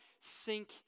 sink